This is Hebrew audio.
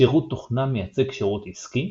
שירות תוכנה מייצג שירות עסקי,